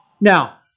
Now